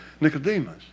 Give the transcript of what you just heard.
Nicodemus